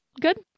Good